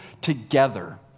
together